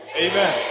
amen